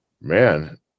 man